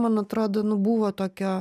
man atrodo nu buvo tokio